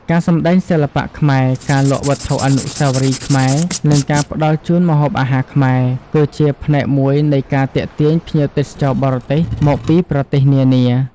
ការសម្ដែងសិល្បៈខ្មែរ ការលក់វត្ថុអនុស្សាវរីយ៍ខ្មែរ និងការផ្តល់ជូនម្ហូបអាហារខ្មែរ គឺជាផ្នែកមួយនៃការទាក់ទាញភ្ញៀវទេសចរបរទេសមកពីប្រទេសនានា។